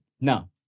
Now